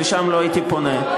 ולשם לא הייתי פונה.